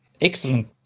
excellent